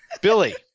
Billy